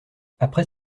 après